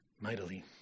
mightily